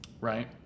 right